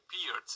appeared